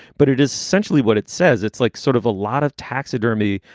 but it is essentially what it says. it's like sort of a lot of taxidermy.